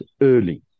early